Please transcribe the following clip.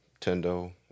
Tendo